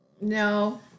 No